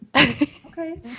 Okay